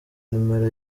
numero